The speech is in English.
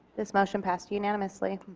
this motion passed unanimously.